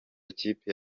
ikipe